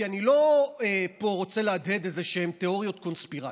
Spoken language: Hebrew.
כי אני לא רוצה פה להדהד איזשהן תיאוריות קונספירציה,